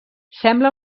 sembla